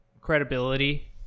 credibility